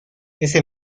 ese